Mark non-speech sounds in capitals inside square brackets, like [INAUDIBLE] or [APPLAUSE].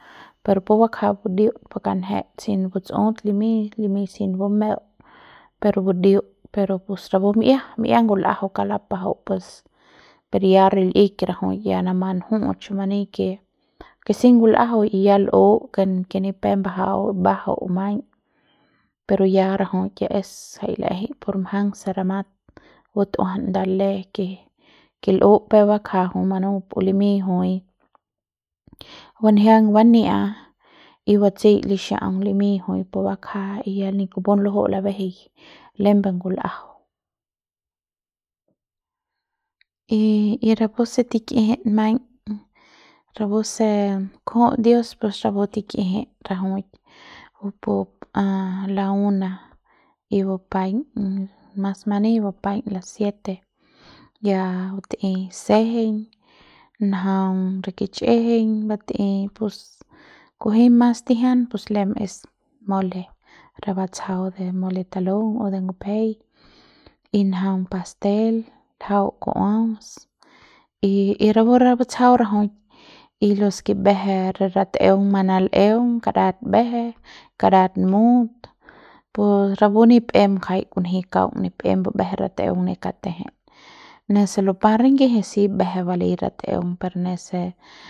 [NOISE] per pu bakja badeu pu kanjet sin butsu limiñ, limmiñ sin bumeu pero budiu pero pus rapu mi'ia mi'ia ngul'ajau kauk lapajau pus per ya re l'ik rajuik ya nama nju'u chumani ke ke si ngul'ajau y ya l'u ken ke ni pe bajau mbajau maiñ per ya rajuik ya es jai l'ejei por mjang se ramat butuajan nda le ke ke l'u peuk bakja jui manup o limiñ jui banjiang bania'a y batsei lixa'aung limiñ jui pubakja y ya kupu ni luju'u labejei lembe ngul'ajau y y rapu se tikjit maiñ rapu se kju'uts dios pus rapu tikjit rajuik bupu'up la una y bupaiñ mas mani bupaiñ las siete ya batei sejeiñ njaung re kich'ijiñ batei pus kunji mas tijian pus lem es mole re batsjau de mole talung o de ngupjei y njaung pastel ljau ku'aus y y rapu re batsjau rajuik y los ke mbeje re rateung manal'eung kadat mbeje kadat mut pu rapu nip em kunji kaung ni em bumbeje rateung ne katejet nese lupa ringji napu si mbeje balei rateung per nese.